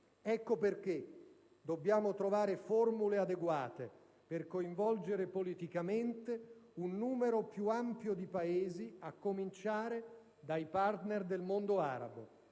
Ecco perché dobbiamo trovare formule adeguate per coinvolgere politicamente un numero più ampio di Paesi, a cominciare dai *partner* del mondo arabo.